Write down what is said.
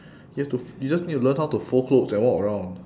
you have to f~ you just need to learn how to fold clothes and walk around